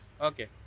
Okay